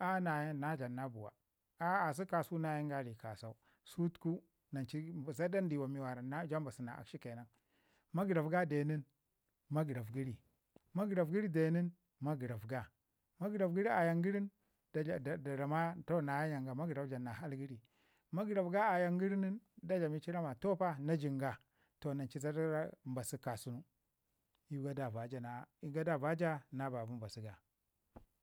a na dlan na buwa a a sək kasan na yanga ii ri kasau. Sutuku nan cu zada dawa wara nan mbasi na akshi ke nan. Magəraf ge den nin, magəraf gəri den nin magəraf ga, magəraf gəri ayan gəri da rama toh na jan ga magəraf dlan an hau gəri, magəraf ga ayan gəri da dlami ci rama toh pa na jin ga. Toh nan ci zada mbasu kasun ii kadava ja ii kadavaja na baci mbasu ga.